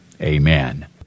Amen